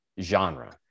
genre